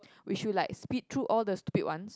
we should like speed through all the stupid ones